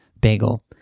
bagel